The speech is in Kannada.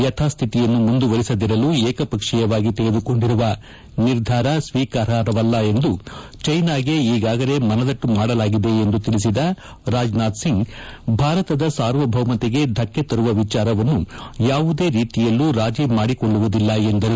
ಯಥಾಸ್ಕಿತಿಯನ್ನು ಮುಂದುವರೆಸದಿರಲು ಏಕಪಕ್ಷೀಯವಾಗ ತೆಗೆದುಕೊಂಡಿರುವ ನಿರ್ಧಾರ ಸ್ವೀಕಾರಾರ್ಹವಲ್ಲ ಎಂದು ಚೈನಾಗೆ ಈಗಾಗಲೇ ಮನದಟ್ಟು ಮಾಡಲಾಗಿದೆ ಎಂದು ತಿಳಿಸಿದ ರಾಜ್ನಾಥ್ ಸಿಂಗ್ ಭಾರತದ ಸಾರ್ವಭೌಮತೆಗೆ ಧಕ್ಷೆ ತರುವ ವಿಚಾರವನ್ನು ಯಾವುದೇ ರೀತಿಯಲ್ಲೂ ರಾಜಿ ಮಾಡಿಕೊಳ್ಳುವುದಿಲ್ಲ ಎಂದರು